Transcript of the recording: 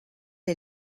est